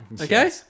okay